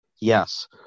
Yes